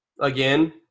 Again